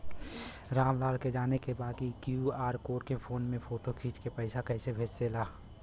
राम लाल के जाने के बा की क्यू.आर कोड के फोन में फोटो खींच के पैसा कैसे भेजे जाला?